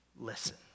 listen